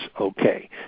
okay